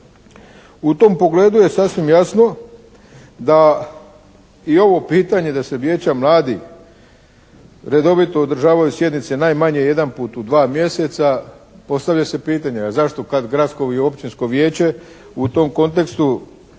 U tom pogledu je sasvim jasno da ovo pitanje da se Vijeća mladih redovito održavaju sjednice najmanje jedanput u dva mjeseca, postavlja se pitanje a zašto kad Gradsko i Općinsko vijeće u tom kontekstu,